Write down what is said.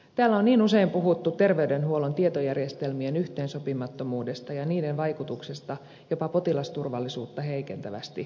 täällä on niin usein puhuttu terveydenhuollon tietojärjestelmien yhteensopimattomuudesta ja sen vaikutuksesta jopa potilasturvallisuuden heikentymiseen